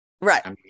Right